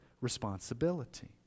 responsibility